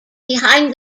behind